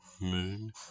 moon